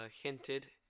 hinted